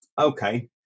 okay